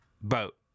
boat